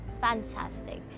fantastic